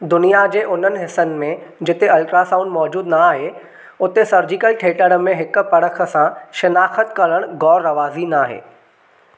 दुनिया जे उन्हनि हिस्सनि में जिते अल्ट्रासाउंडु मौजूदु नाहे उते सर्जिकल थिएटर में हिकु परख सां शिनाख़्त करणु गै़रु रिवाजी नाहे